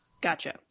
Gotcha